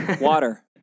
Water